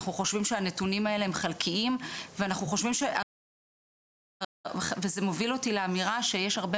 אנחנו חושבים שהנתונים האלה הם חלקיים וזה מוביל אותי לאמירה שיש הרבה